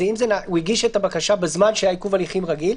אם הוא הגיש את הבקשה בזמן שהיה עיכוב הליכים רגיל.